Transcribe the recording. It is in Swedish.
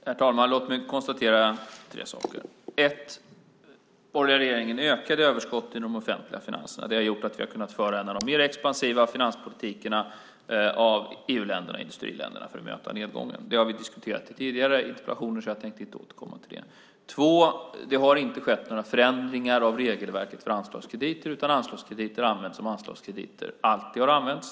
Herr talman! Låt mig konstatera tre saker. För det första: Den borgerliga regeringen ökade överskotten i de offentliga finanserna. Det har gjort att vi har kunnat föra en finanspolitik som är bland de mer expansiva inom EU-länderna och industriländerna för att möta nedgången. Det har vi diskuterat i tidigare interpellationer, och jag tänkte därför inte återkomma till det. För det andra: Det har inte skett några förändringar av regelverket för anslagskrediter, utan anslagskrediter används som anslagskrediter alltid har använts.